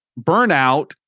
Burnout